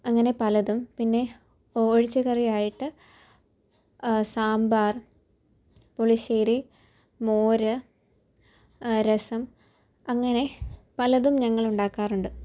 അങ്ങനെ പലതും പിന്നെ ഒഴിച്ച് കറി ആയിട്ട് സാമ്പാർ പുളിശ്ശേരി മോര് രസം അങ്ങനെ പലതും ഞങ്ങൾ ഉണ്ടാക്കാറുണ്ട്